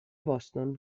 boston